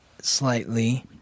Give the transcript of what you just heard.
slightly